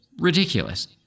ridiculous